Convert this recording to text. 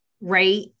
right